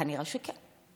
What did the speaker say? כנראה שכן.